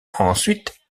ensuite